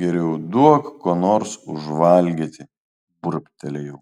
geriau duok ko nors užvalgyti burbtelėjau